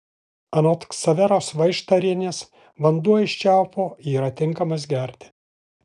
anot ksaveros vaištarienės vanduo iš čiaupo yra tinkamas gerti